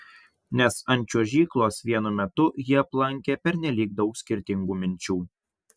nes ant čiuožyklos vienu metu jį aplankė pernelyg daug skirtingų minčių